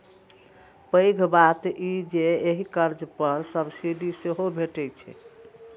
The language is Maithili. पैघ बात ई जे एहि कर्ज पर सब्सिडी सेहो भैटै छै